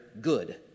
good